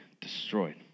destroyed